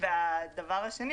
ודבר שני,